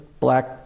Black